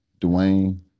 Dwayne